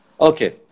Okay